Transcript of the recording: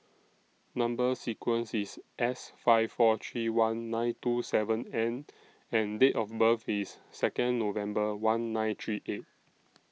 Number sequence IS S five four three one nine two seven N and Date of birth IS Second November one nine three eight